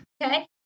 Okay